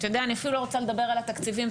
אני אפילו לא רוצה לדבר על התקציבים,